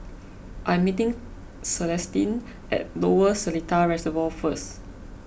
I am meeting Celestine at Lower Seletar Reservoir first